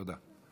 תודה.